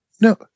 No